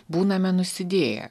būname nusidėję